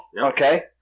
Okay